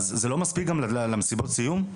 אז זה לא מספיק גם למסיבות סיום?